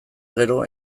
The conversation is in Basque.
gero